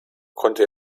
konnte